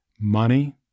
money